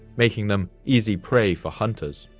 making them easy prey for hunters.